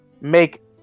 Make